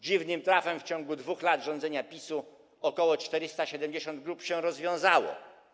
Dziwnym trafem w ciągu 2 lat rządzenia PiS-u ok. 470 grup się rozwiązało.